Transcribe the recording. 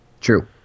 true